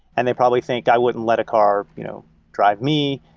and they probably think i wouldn't let a car you know drive me.